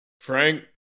Frank